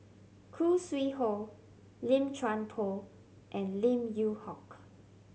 Khoo Sui Hoe Lim Chuan Poh and Lim Yew Hock